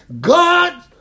God